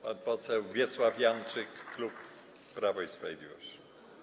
Pan poseł Wiesław Janczyk, klub Prawo i Sprawiedliwość.